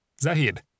Zahid